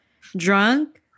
drunk